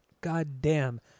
goddamn